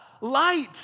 Light